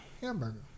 hamburger